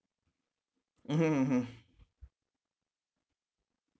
mmhmm mmhmm